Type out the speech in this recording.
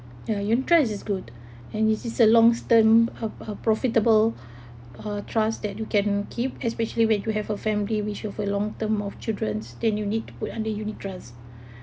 the interest is good and this is a long term uh uh profitable uh trust that you can keep especially when you have a family which have a long term of children then you need to put under unit trust